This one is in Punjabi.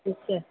ਅੱਛਾ